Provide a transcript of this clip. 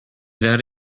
that